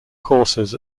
courses